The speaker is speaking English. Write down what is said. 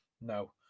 No